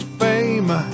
fame